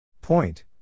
Point